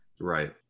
Right